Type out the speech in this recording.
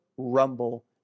Rumble